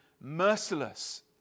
merciless